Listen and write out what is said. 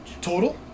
Total